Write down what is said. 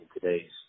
today's